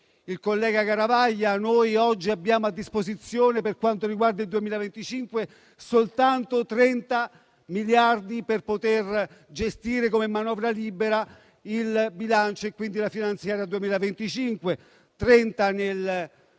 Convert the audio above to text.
il collega Garavaglia, noi oggi abbiamo a disposizione, per quanto riguarda il 2025, soltanto 30 miliardi per poter gestire, come manovra libera, il bilancio e quindi la manovra finanziaria 2025; 30